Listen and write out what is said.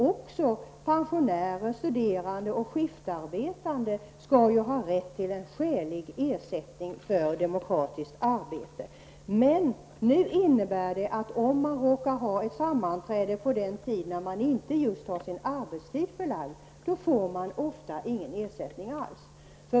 Också pensionärer, studerande och skiftarbetande skall ju ha rätt till skälig ersättning för demokratiskt arbete. Men nu innebär förslaget att om man råkar ha ett sammanträde på tid där man inte har sin arbetstid förlagd, så får man ofta ingen ersättning alls.